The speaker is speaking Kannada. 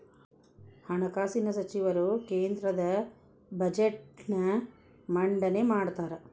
ಹಣಕಾಸಿನ ಸಚಿವರು ಕೇಂದ್ರದ ಬಜೆಟ್ನ್ ಮಂಡನೆ ಮಾಡ್ತಾರಾ